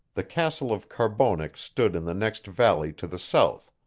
the castle of carbonek stood in the next valley to the south,